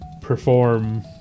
perform